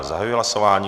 Zahajuji hlasování.